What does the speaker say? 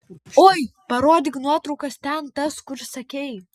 oi parodyk nuotraukas ten tas kur sakei